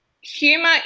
humor